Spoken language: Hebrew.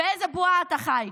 באיזו בועה אתה חי?